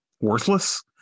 worthless